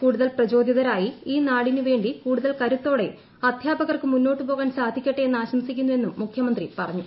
കൂടുതൽ പ്രചോദിതരായി ഈ നാടിനു വേണ്ടി കൂടുതൽ കരുത്തോടെ അദ്ധ്യാപകർക്ക് മുന്നോട്ടു പോകാൻ സാധിക്കട്ടെ എന്നാശംസിക്കുന്നുവെന്നും മുഖ്യമന്ത്രി പറഞ്ഞു